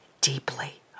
deeply